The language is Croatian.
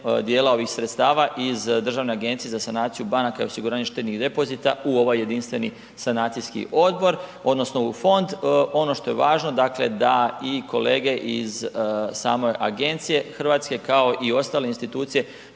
dijela ovih sredstava iz Državne agencije za sanaciju banaka i osiguranje štednih depozita u ovaj jedinstveni sanacijski odbor odnosno u fond. Ono što je važno da i kolege iz same agencije hrvatske kao i ostale institucije